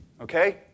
Okay